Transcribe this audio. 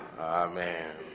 Amen